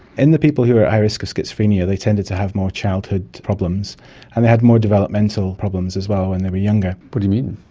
in the people who are at high risk of schizophrenia they tended to have more childhood problems and they had more developmental problems as well when they were younger. what do you mean?